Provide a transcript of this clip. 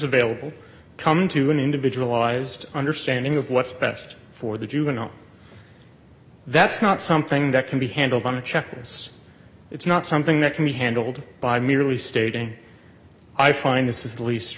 available come to an individual ised understanding of what's best for the juvenile that's not something that can be handled on a checklist it's not something that can be handled by merely stating i find this is the least